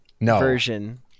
version